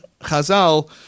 Chazal